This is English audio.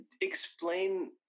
explain